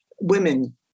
women